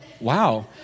wow